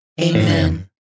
Amen